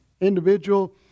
individual